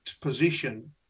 position